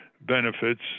benefits